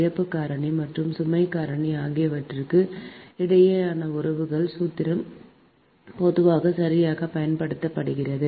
இழப்பு காரணி மற்றும் சுமை காரணி ஆகியவற்றுக்கு இடையேயான உறவுக்கான சூத்திரம் பொதுவாக சரியாகப் பயன்படுத்தப்படுகிறது